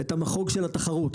את המחוג של התחרות,